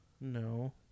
No